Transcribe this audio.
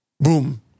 boom